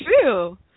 true